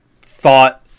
thought